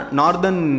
northern